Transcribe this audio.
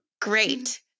Great